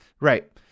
right